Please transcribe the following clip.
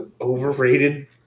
overrated